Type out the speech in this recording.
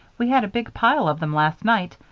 we had a big pile of them last night,